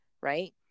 right